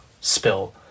spill